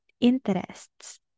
interests